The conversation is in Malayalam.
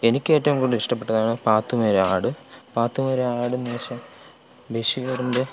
എനിക്ക് ഏറ്റവും കൂടുതൽ ഇഷ്ടപ്പെട്ടതാണ് പാത്തുമ്മയുടെ ആട് പാത്തുമ്മയുടെ ആടെന്ന് വെച്ചാൽ ബഷിറിൻ്റെ